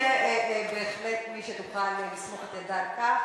גם האופוזיציה תהיה בהחלט מי שתוכל לסמוך את ידה על כך,